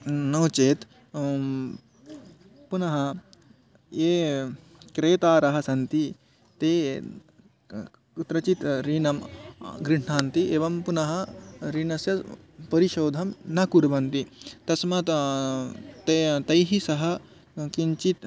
नो चेत् पुनः ये क्रेतारः सन्ति ते कुत्रचित् ऋणं गृण्हन्ति पुनः ऋणस्य परिशोधनं न कुर्वन्ति तस्मात् ते तैः सह किञ्चित्